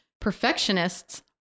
perfectionists